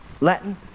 Latin